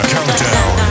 Countdown